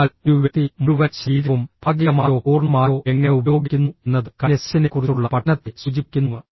അതിനാൽ ഒരു വ്യക്തി മുഴുവൻ ശരീരവും ഭാഗികമായോ പൂർണ്ണമായോ എങ്ങനെ ഉപയോഗിക്കുന്നു എന്നത് കൈനെസിക്സിനെക്കുറിച്ചുള്ള പഠനത്തെ സൂചിപ്പിക്കുന്നു